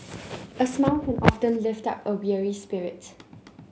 a smile can often lift up a weary spirit